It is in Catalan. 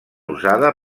usada